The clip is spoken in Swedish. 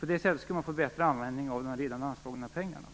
På det sättet skulle man få bättre användning för de redan anslagna pengarna.